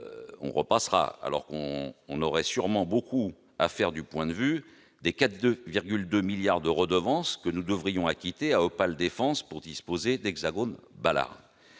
on repassera ... alors qu'on aurait sûrement eu beaucoup à faire du point de vue des 4,2 milliards d'euros de redevance que nous devrions acquitter à Opale Défense pour disposer de l'Hexagone Balard.